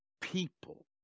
people